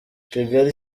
kigali